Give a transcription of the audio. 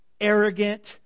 arrogant